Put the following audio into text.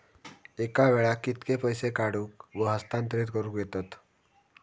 एका वेळाक कित्के पैसे काढूक व हस्तांतरित करूक येतत?